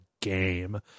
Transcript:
game